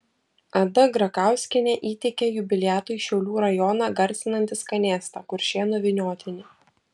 ada grakauskienė įteikė jubiliatui šiaulių rajoną garsinantį skanėstą kuršėnų vyniotinį